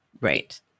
right